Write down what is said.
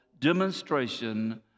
demonstration